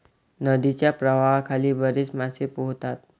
नदीच्या प्रवाहाखाली बरेच मासे पोहतात